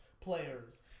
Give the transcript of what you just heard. players